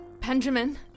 Benjamin